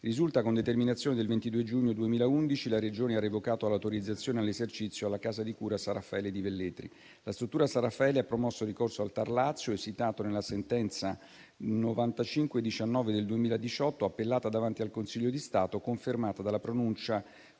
Risulta, con determinazione del 22 giugno 2011, che la Regione ha revocato l'autorizzazione all'esercizio alla casa di cura San Raffaele di Velletri. La struttura San Raffaele ha promosso ricorso al TAR Lazio, esitato nella sentenza n. 9519 del 2018, appellata davanti al Consiglio di Stato, confermata dalla pronuncia